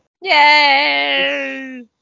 Yay